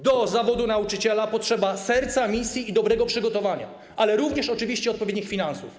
Do zawodu nauczyciela potrzeba serca, misji i dobrego przygotowania, ale również oczywiście odpowiednich finansów.